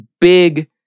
big